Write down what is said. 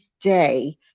day